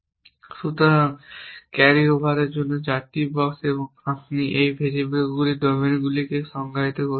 সুতরাং ক্যারি ওভারের জন্য 4টি বক্স এবং আপনি এই ভেরিয়েবলগুলির ডোমেনগুলিকে সংজ্ঞায়িত করতে পারেন